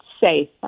safe